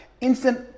Instant